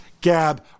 gab